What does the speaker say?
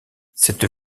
cette